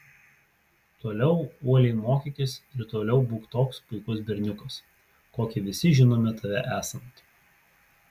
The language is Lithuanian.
toliau uoliai mokykis ir toliau būk toks puikus berniukas kokį visi žinome tave esant